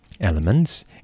elements